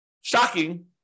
shocking